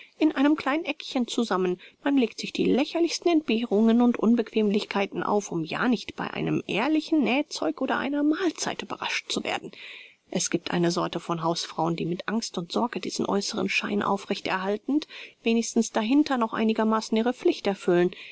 in einem kleinen eckchen zusammen man legt sich die lächerlichsten entbehrungen und unbequemlichkeiten auf um ja nicht bei einem ehrlichen nähzeug oder einer mahlzeit überrascht zu werden es gibt eine sorte von hausfrauen die mit angst und sorge diesen äußeren schein aufrecht erhaltend wenigstens dahinter noch einigermaßen ihre pflicht erfüllen